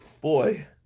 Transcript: Boy